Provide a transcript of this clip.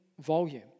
volume